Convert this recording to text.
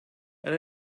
and